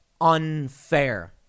unfair